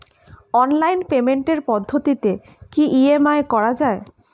Online পেমেন্টের পদ্ধতিতে কি ই.এম.আই করা যায়?